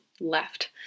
left